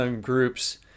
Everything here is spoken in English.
groups